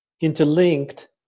Interlinked